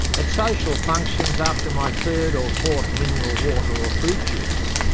at social functions, after my third or fourth mineral water or fruit juice,